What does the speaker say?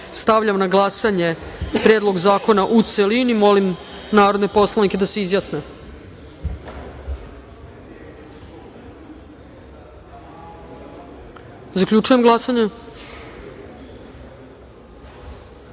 RAZVOJStavljam na glasanje Predlog zakona u celini. Molim narodne poslanike da se izjasne. Zaključujem glasanje: